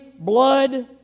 blood